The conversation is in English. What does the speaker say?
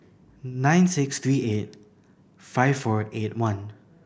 nine six three eight five four eight one